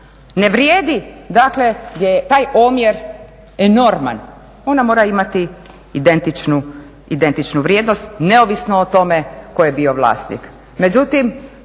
ne vrijedi, dakle gdje je taj omjer enorman, ona mora imati identičnu vrijednost neovisno o tome ko je bio vlasnik.